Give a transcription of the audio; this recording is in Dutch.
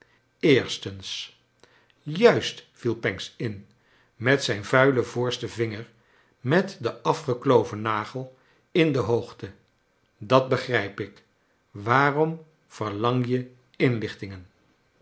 eerstens juist viel pancks in met zijn vuilen voorsten vinger met den afgekloven nagel in de hoogte dat begrijp ikl waarom verlang je inlichtingen